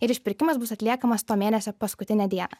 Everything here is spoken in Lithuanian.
ir išpirkimas bus atliekamas to mėnesio paskutinę dieną